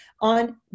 on